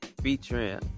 featuring